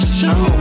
show